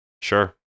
sure